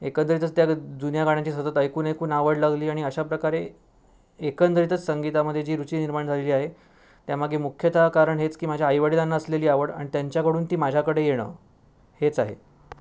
एकंदरीतच त्या जुन्या गाण्यांची सतत ऐकून ऐकून आवड लागली आणि अशाप्रकारे एकंदरीतच संगीतामध्ये जी रुची निर्माण झालेली आहे त्यामागे मुख्यतः कारण हेच की माझ्या आईवडिलांना असलेली आवड आणि त्यांच्याकडून ती माझ्याकडं येणं हेच आहे